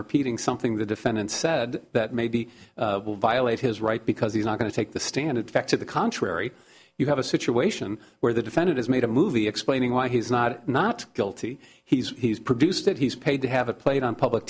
repeating something the defendant said that maybe will violate his right because he's not going to take the stand in fact to the contrary you have a situation where the defendant has made a movie explaining why he's not not guilty he's he's produced it he's paid to have it played on public